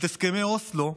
את הסכמי אוסלו,